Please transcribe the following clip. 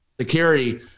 security